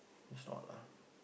it's not lah